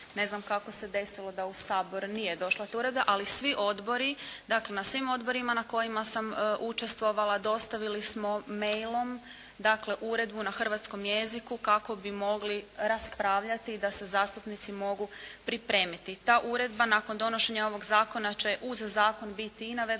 Ne znam kako se desilo da u Sabor nije došla ta uredba, ali svi odbori, dakle na svim odborima na kojima sam učestvovala dostavili smo e-mailom dakle uredbu na hrvatskom jeziku kako bi mogli raspravljati da se zastupnici mogu pripremiti. Ta uredba nakon donošenja ovog zakona će uz zakon biti i na web